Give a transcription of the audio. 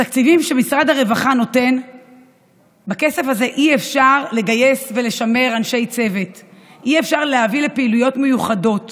בת 23. עמנואל מייצג במאבקו את כל המשפחות